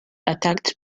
attacked